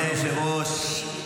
אדוני היושב-ראש,